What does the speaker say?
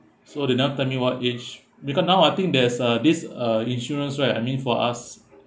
so they never tell my what age because now I think there's a this uh insurance right I mean for us